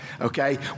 Okay